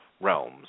realms